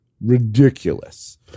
ridiculous